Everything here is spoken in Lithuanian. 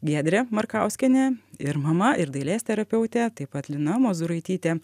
giedrė markauskienė ir mama ir dailės terapeutė taip pat lina mozūraitytė